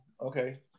Okay